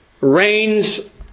reigns